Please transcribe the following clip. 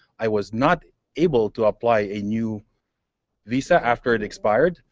i was not able to apply a new visa after it expired.